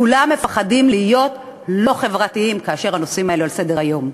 כולם מפחדים להיות לא חברתיים כאשר הנושאים האלה על סדר-היום.